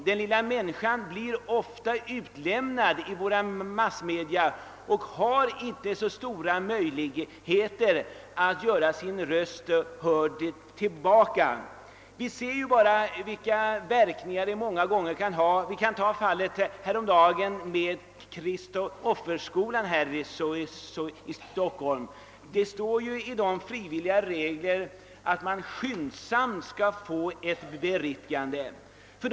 Den lilla enskilda människan blir ofta utlämnad i våra massmedia och har inte stora möjligheter att göra sin röst hörd i ett genmäle. Vi har sett vilka verkningar detta många gånger kan ha. Vi kan ta fallet häromdagen med reportaget om Kristofferskolan som ett exempel på detta. Det står i de frivilliga publiceringsreglerna, att ett beriktigande skall lämnas skyndsamt.